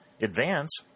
Advance